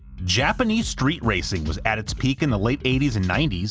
japanese street racing was at its peak in the late eighty s and ninety s,